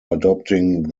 adopting